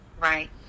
right